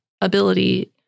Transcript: ability